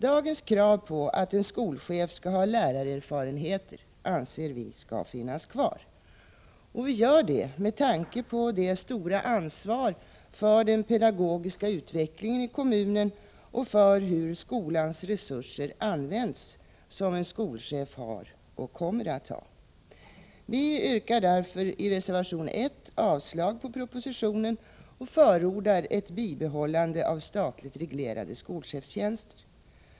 Dagens krav på att en skolchef skall ha lärarerfarenheter anser vi skall finnas kvar. Vi gör det med tanke på det stora ansvar för den pedagogiska utvecklingen i kommunen och för hur skolans resurser används som en skolchef har och kommer att ha. Vi yrkar därför i reservation 1 avslag på propositionen och förordar ett bibehållande av statligt reglerade skolchefstjänster.